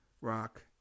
rock